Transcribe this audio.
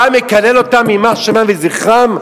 אתה מקלל אותם יימח שמם וזכרם?